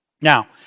Now